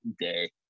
day